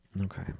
okay